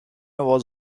was